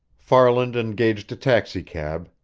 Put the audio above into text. farland engaged a taxicab,